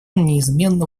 неизменно